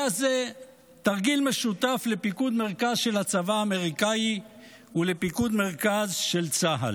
היה זה תרגיל משותף לפיקוד מרכז של הצבא האמריקאי ולפיקוד מרכז של צה"ל.